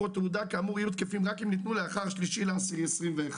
או תעודה כאמור יהיו תקפים רק אם ניתנו לאחר 3 באוקטובר 2021,